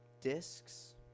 discs